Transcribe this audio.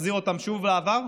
נחזיר אותם שוב לעבר?